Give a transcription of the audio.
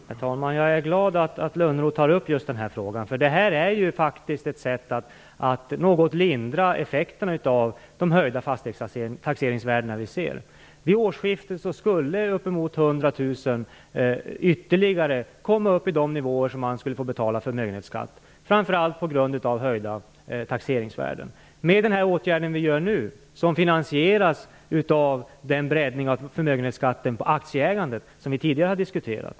Herr talman! Jag är glad över att Johan Lönnroth tar upp just den här frågan. Detta är faktiskt ett sätt att något lindra effekterna av de höjda fastighetstaxeringsvärden som vi ser. Vid årsskiftet skulle uppemot 100 000 personer ytterligare komma upp i sådana nivåer att de skulle få betala förmögenhetsskatt, framför allt på grund av höjda taxeringsvärden. Den åtgärd som vi vidtar nu finansieras av den breddning av förmögenhetsskatten på aktieägandet som vi tidigare har diskuterat.